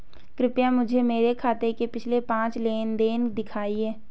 कृपया मुझे मेरे खाते के पिछले पांच लेन देन दिखाएं